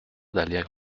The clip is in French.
d’aller